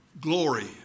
glory